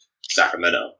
Sacramento